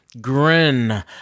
grin